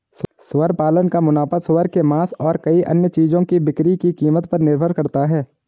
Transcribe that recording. सुअर पालन का मुनाफा सूअर के मांस और कई अन्य चीजों की बिक्री की कीमत पर निर्भर करता है